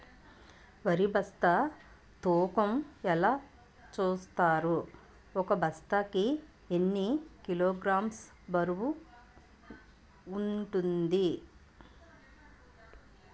వరి బస్తా తూకం ఎలా చూస్తారు? ఒక బస్తా కి ఎన్ని కిలోగ్రామ్స్ బరువు వుంటుంది?